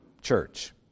church